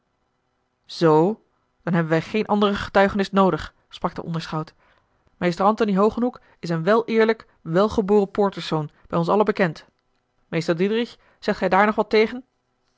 zoo dan hebben wij geene andere getuigenis noodig sprak de onderschout meester antony hogenhoeck is een wel eerlijk wel geboren poorterszoon bij ons allen bekend meester diedrich zegt gij daar nog wat tegen